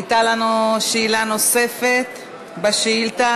הייתה לנו שאלה נוספת בשאילתה,